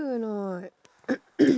sure or not